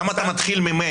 למה אתה מתחיל ממני?